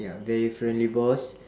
ya very friendly boss